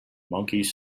monkeys